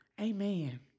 Amen